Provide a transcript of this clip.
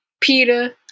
Peter